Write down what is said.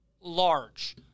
large